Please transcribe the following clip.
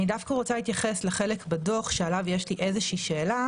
אני דווקא רוצה להתייחס לחלק בדוח שעליו יש לי שאלה.